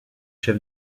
chef